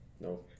No